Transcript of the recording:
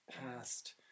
past